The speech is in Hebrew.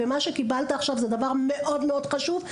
קיבלת עכשיו דבר מאוד מאוד חשוב,